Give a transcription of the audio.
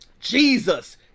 Jesus